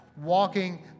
walking